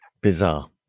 Bizarre